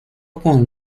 con